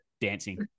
dancing